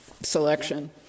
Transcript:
selection